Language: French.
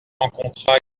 rencontra